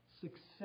success